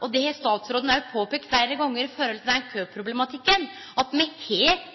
når det gjeld køproblematikken – og det har òg statsråden peikt på fleire gonger – er at me har ledige fosterheimsplassar i